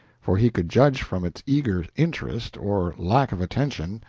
for he could judge from its eager interest, or lack of attention,